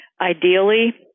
ideally